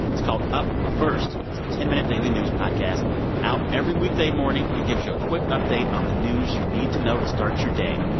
it's called up first. it's a ten minute daily news podcast out every weekday morning. it gives you a quick update on the news you need to know to start your day.